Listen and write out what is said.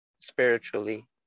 spiritually